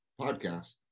podcast